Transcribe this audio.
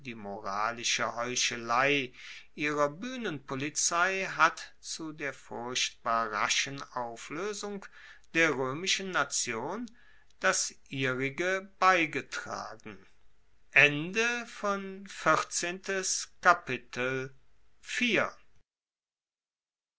die moralische heuchelei ihrer buehnenpolizei hat zu der furchtbar raschen aufloesung der roemischen nation das ihrige beigetragen